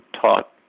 taught